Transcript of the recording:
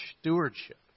stewardship